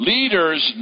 Leaders